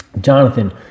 Jonathan